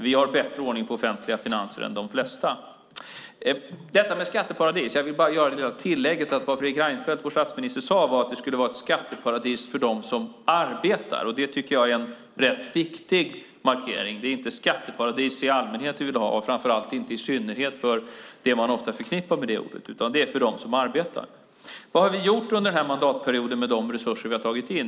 Vi har bättre ordning på offentliga finanser än de flesta. Beträffande skatteparadis vill jag göra tillägget att vad statsminister Fredrik Reinfeldt sade var att det skulle vara ett skatteparadis för dem som arbetar. Det tycker jag är en rätt viktig markering. Det är inte ett skatteparadis i allmänhet vi vill ha, framför allt och i synnerhet inte det man ofta förknippar med det ordet, utan det är paradis för dem som arbetar. Vad har vi gjort under mandatperioden med de resurser vi har tagit in?